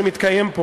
שמתקיים פה